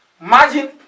Imagine